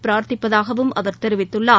பிரார்த்திப்பதாகவும் அவர் தெரிவித்துள்ளார்